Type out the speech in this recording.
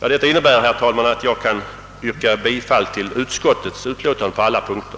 Detta innebär, herr talman, att jag kan yrka bifall till utskottets hemställan på alla punkter.